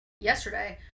yesterday